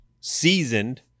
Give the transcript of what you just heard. seasoned